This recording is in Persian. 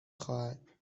خواهد